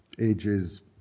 ages